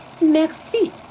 Merci